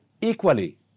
equally